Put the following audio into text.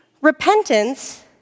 repentance